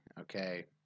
okay